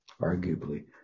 arguably